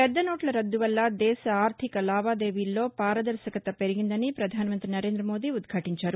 పెద్ద నోట్ల రద్దు వల్ల దేశ ఆర్థిక లావాదేవీల్లో పారదర్భకత పెరిగిందని ప్రధానమంతి నరేంద్ర మోడీ ఉద్యాటించారు